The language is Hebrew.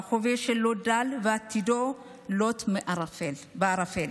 ההווה שלו דל ועתידו לוט בערפל.